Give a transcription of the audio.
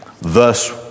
Thus